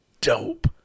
dope